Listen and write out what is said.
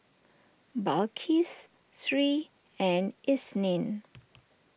Balqis Sri and Isnin